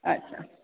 अच्छा